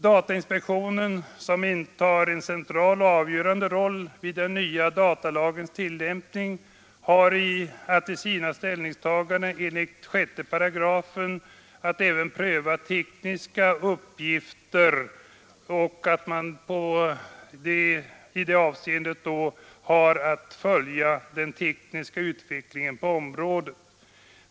Datainspektionen, som intar en central och avgörande roll vid den nya datalagens tillämpning och som i sina ställningstaganden även har att enligt 6 § pröva tekniska uppgifter, måste förutsättas få möjligheter att följa den tekniska utvecklingen på området.